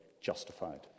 justified